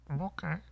Okay